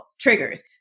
triggers